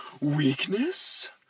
weakness